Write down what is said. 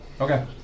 Okay